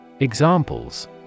Examples